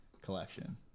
collection